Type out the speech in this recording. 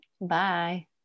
Bye